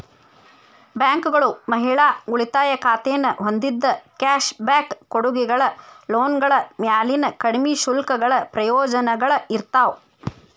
ಬ್ಯಾಂಕ್ಗಳು ಮಹಿಳಾ ಉಳಿತಾಯ ಖಾತೆನ ಹೊಂದಿದ್ದ ಕ್ಯಾಶ್ ಬ್ಯಾಕ್ ಕೊಡುಗೆಗಳ ಲೋನ್ಗಳ ಮ್ಯಾಲಿನ ಕಡ್ಮಿ ಶುಲ್ಕಗಳ ಪ್ರಯೋಜನಗಳ ಇರ್ತಾವ